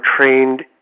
trained